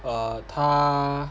err 他